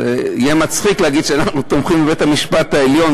זה יהיה מצחיק להגיד שאנחנו תומכים בבית-המשפט העליון,